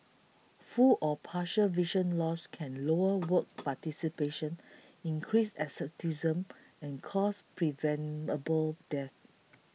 full or partial vision loss can lower work participation increase absenteeism and cause preventable deaths